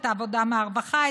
את העבודה מהרווחה,